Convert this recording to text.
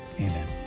amen